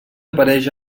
apareix